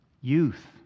Youth